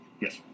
Yes